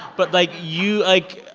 but, like, you like,